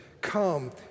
come